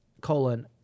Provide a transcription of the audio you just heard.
colon